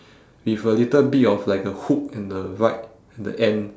with a little bit of like a hook in the right in the end